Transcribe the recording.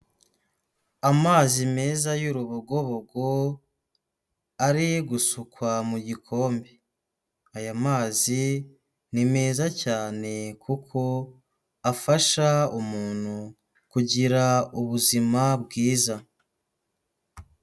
Amazi meza y'urubogobogo ari gusukwa mu gikombe, aya mazi ni meza cyane kuko afasha umuntu kugira ubuzima bwiza.